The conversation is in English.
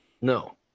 no